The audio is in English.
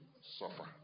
suffer